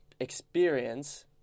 experience